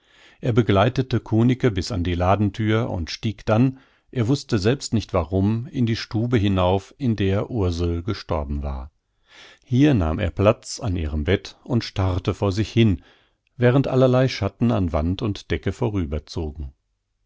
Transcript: er begleitete kunicke bis an die ladenthür und stieg dann er wußte selbst nicht warum in die stube hinauf in der ursel gestorben war hier nahm er platz an ihrem bett und starrte vor sich hin während allerlei schatten an wand und decke